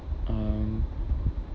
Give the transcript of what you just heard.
um